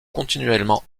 continuellement